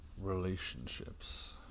relationships